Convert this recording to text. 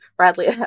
Bradley